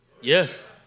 Yes